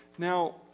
Now